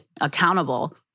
accountable